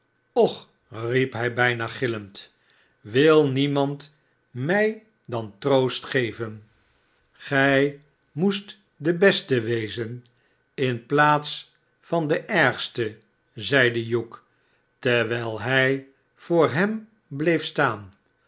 och riep hij bijna gillend wil niemand mij dan troost geven f gij moest de beste wezen ir plaats van de ergste zeide hugh terwijl hij voor hem bleef staan